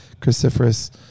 cruciferous